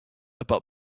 about